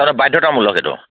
বাধ্যতামূলক এইটো